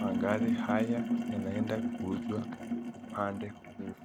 Magari haya inaenda kuuzwa upande huo.